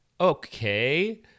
okay